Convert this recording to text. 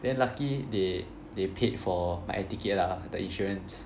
then lucky they they paid for my air ticket lah the insurance